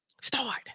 Start